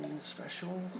special